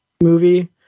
movie